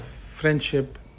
friendship